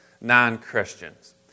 non-Christians